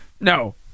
No